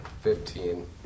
Fifteen